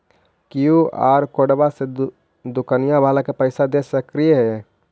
QR कोडबा से दुकनिया बाला के पैसा दे सक्रिय?